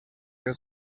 your